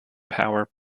power